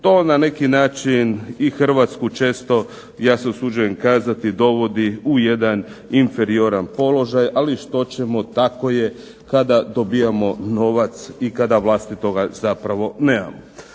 To na neki način i Hrvatsku često ja se usuđujem kazati dovodi u jedan inferioran položaj. Ali što ćemo tako je kada dobijamo novac i kada vlastitoga zapravo nemamo.